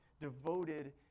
devoted